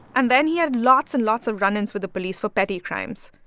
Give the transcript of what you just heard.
and then he had lots and lots of run-ins with the police for petty crimes,